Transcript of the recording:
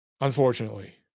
Unfortunately